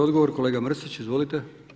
Odgovor kolega Mrsić, izvolite.